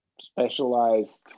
specialized